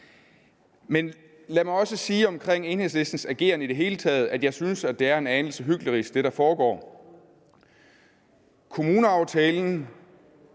Men lad mig også sige om Enhedslistens ageren i det hele taget, at jeg synes, at det, der foregår, er en anelse hyklerisk. Kommuneaftalen